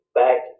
back